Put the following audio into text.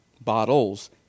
bottles